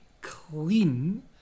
clean